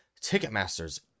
Ticketmaster's